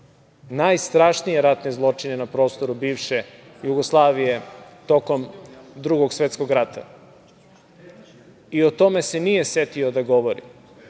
najstrašnije ratne zločine na prostoru bivše Jugoslavije tokom Drugog svetskog rata. O tome se nije setio da govori.